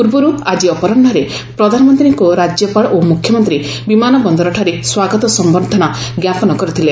ପୂର୍ବର୍ ଆକି ଅପରାହ୍ନରେ ପ୍ରଧାନମନ୍ତ୍ରୀଙ୍କୁ ରାଜ୍ୟପାଳ ଓ ମୁଖ୍ୟମନ୍ତ୍ରୀ ବିମାନ ବନ୍ଦରଠାରେ ସ୍ୱାଗତ ସମ୍ଭର୍ଦ୍ଧନ ଜ୍ଞାପନ କରିଥିଲେ